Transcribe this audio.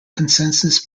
consensus